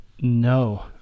No